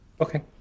Okay